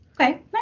Okay